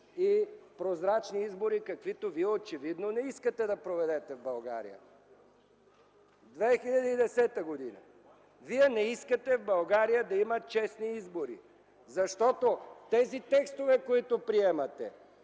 и прозрачни избори, каквито вие очевидно не искате да проведете в България. Две хиляди и десета година, а вие не искате в България да има честни избори! Защото текстовете, които приемате,